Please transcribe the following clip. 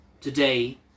Today